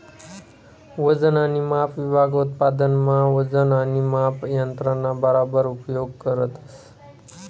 वजन आणि माप विभाग उत्पादन मा वजन आणि माप यंत्रणा बराबर उपयोग करतस